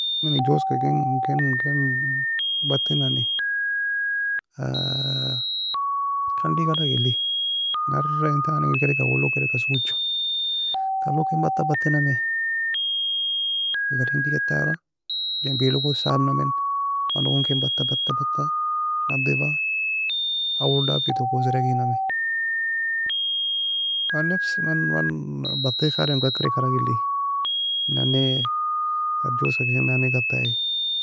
Jozka ken ken ken battinnane kandy galag eli, narra entani engir kedeka awallog kedekal soocha, talog ken batta battie namei, jozalhindiga etara gembi logon sabnamie manogon ken batta batta nadifa awolo dafi toak oseida kinamie. Man nesfi man man battikgka adem gagireka alag eli, inannae tar joska ken nanne qutaai.